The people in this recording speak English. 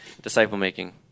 disciple-making